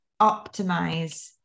optimize